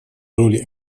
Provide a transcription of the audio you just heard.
роли